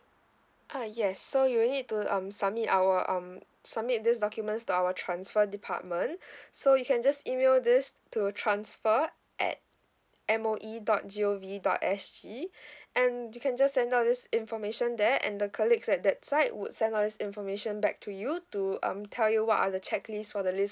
ah yes so you need to um submit our um submit these documents to our transfer department so you can just email this to transfer at M O E dot G O V dot S G and you can just send out this information there and the colleagues at that side would send all this information back to you to um tell you what are the checklist for the list